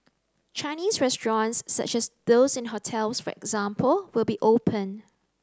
Chinese restaurants such as those in hotels for example will be open